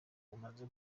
umaze